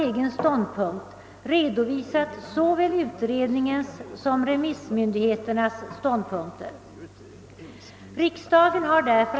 Jag skall inte närmare gå in på detta.